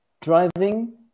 driving